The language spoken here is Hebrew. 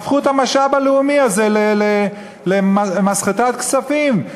והפכו את המשאב הלאומי הזה למסחטת כספים.